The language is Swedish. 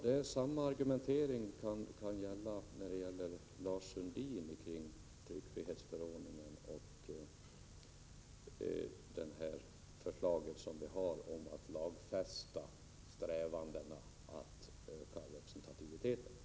Med denna argumentering riktar jag mig också till Lars Sundin beträffande hans jämförelser med tryckfrihetsförordningens bestämmelser i debatten om förslaget att lagfästa strävandena att öka representativiteten.